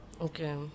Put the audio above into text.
Okay